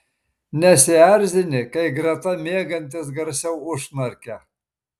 nesierzini kai greta miegantis garsiau užknarkia